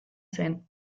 zen